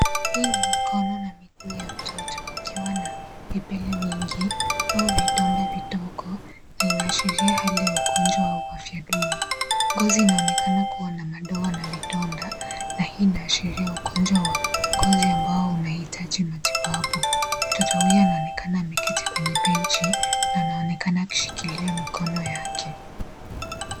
Hii ni mikono na miguu ya mtoto, akiwa na vipele vingi au vidonda vidogo na inaashiria hali ya ugonjwa au afya duni. Ngozi inaonekana kuwa na madoa na vidonda na hii inaashiria ugonjwa wa ngozi ambao unahitaji matibabu. Mtoto huyo anaonekana ameketi kwenye benchi na anaonekana akishikilia mikono yake.